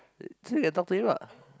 still can talk to him [what]